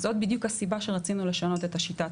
זאת בדיוק הסיבה שרצינו לשנות את השיטה.